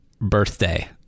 birthday